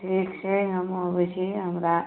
ठीक छै हम अबैत छी हमरा